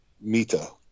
Mita